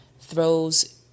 throws